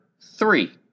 three